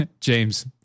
James